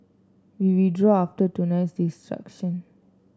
we withdrew after tonight's